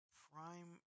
prime